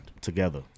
Together